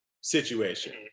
situation